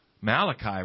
Malachi